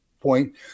point